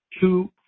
Two